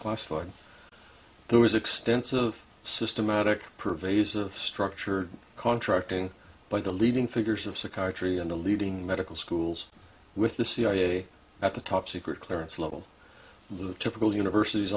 classified there was extensive systematic pervaiz of structure contracting by the leading figures of psychiatry in the leading medical schools with the cia at the top secret clearance level the typical universities